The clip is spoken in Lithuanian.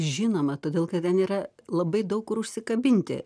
žinoma todėl kad ten yra labai daug kur užsikabinti